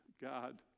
God